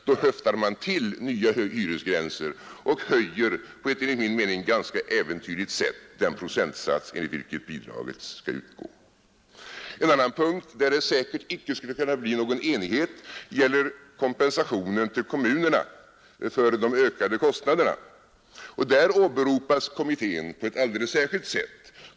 Då höftar man till nya hyresgränser och höjer, enligt min mening på ett ganska äventyrligt sätt, den procentsats efter vilken bidraget skall utgå. En annan punkt där det säkerligen icke skulle kunnat bli någon enighet gäller kompensationen till kommunerna för de ökade kostnaderna. Där åberopas kommittén på alldeles speciellt sätt.